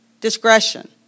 discretion